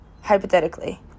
Hypothetically